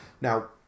Now